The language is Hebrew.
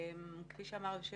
כפי שאמר היושב-ראש,